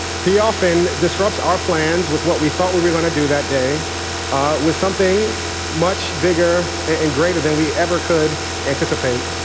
he often disrupts our plans with what we thought we were going to do that day with something much bigger and greater than we ever could anticipate.